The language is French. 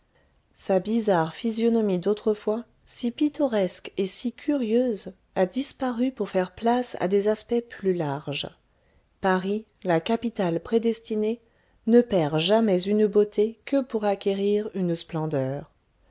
sa bizarre physionomie d'autrefois si pittoresque et si curieuse a disparu pour faire place à des aspects plus larges paris la capitale prédestinée ne perd jamais une beauté que pour acquérir une splendeur